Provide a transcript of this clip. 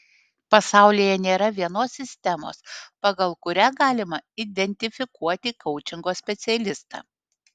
pasaulyje nėra vienos sistemos pagal kurią galima identifikuoti koučingo specialistą